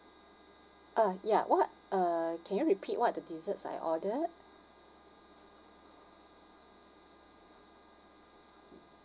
ah ya what uh can you repeat what are the desserts I ordered